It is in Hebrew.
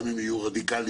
גם אם יהיו רדיקליות,